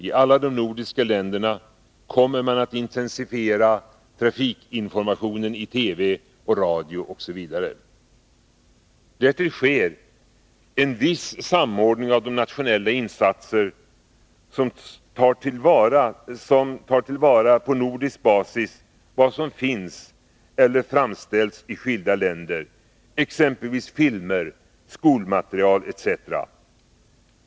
I alla de nordiska länderna kommer man att intensifiera trafikinformationen i TV och radio OSV. Därtill sker en viss samordning av nationella insatser. Man tar till vara på nordisk basis vad som finns eller framställs i skilda länder, exempelvis filmer, skolmaterial etc.